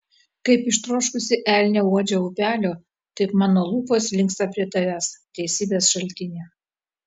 kaip ištroškusi elnė uodžia upelio taip mano lūpos linksta prie tavęs teisybės šaltini